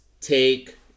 take